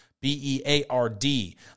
B-E-A-R-D